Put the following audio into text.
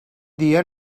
dia